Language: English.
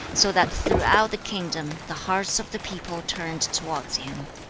so that throughout the kingdom the hearts of the people turned towards him.